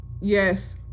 Yes